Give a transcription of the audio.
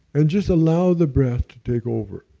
and just allow the breath to take over,